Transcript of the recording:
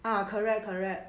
ah correct correct